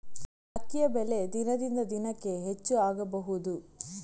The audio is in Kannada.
ಅಕ್ಕಿಯ ಬೆಲೆ ದಿನದಿಂದ ದಿನಕೆ ಹೆಚ್ಚು ಆಗಬಹುದು?